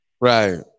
Right